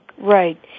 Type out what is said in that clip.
Right